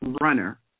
runner